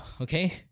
Okay